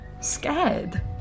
Scared